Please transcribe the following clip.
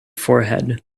forehead